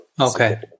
Okay